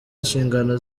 inshingano